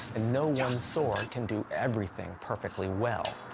and no one sword can do everything perfectly well.